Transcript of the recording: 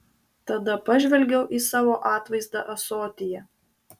tada pažvelgiau į savo atvaizdą ąsotyje